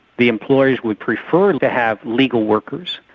the employers would prefer to have legal workers,